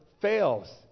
fails